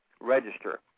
Register